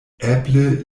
eble